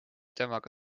temaga